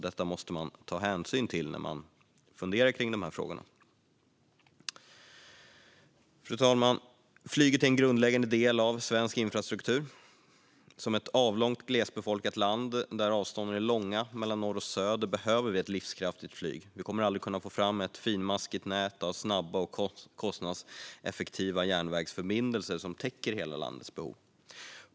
Detta måste man ta hänsyn till när man funderar på de här frågorna. Fru talman! Flyget är en grundläggande del av svensk infrastruktur. Som ett avlångt och glesbefolkat land där avstånden är långa mellan norr och söder behöver vi ett livskraftigt flyg. Vi kommer aldrig att få fram ett finmaskigt nät av snabba och kostnadseffektiva järnvägsförbindelser som täcker hela landets behov.